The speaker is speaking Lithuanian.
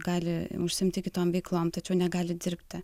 gali užsiimti kitom veiklom tačiau negali dirbti